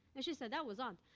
and she said, that was odd.